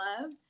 love